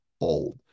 old